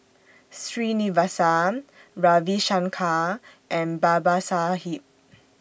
Srinivasa Ravi Shankar and Babasaheb